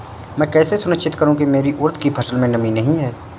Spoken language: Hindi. मैं कैसे सुनिश्चित करूँ की मेरी उड़द की फसल में नमी नहीं है?